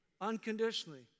Unconditionally